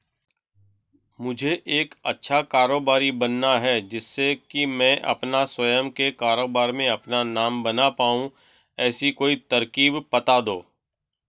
मुझे एक अच्छा कारोबारी बनना है जिससे कि मैं अपना स्वयं के कारोबार में अपना नाम बना पाऊं ऐसी कोई तरकीब पता दो?